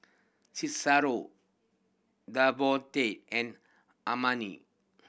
Cicero Davonte and Amani